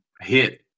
hit